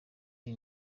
iyi